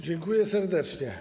Dziękuję serdecznie.